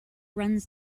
runs